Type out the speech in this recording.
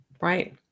Right